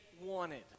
wanted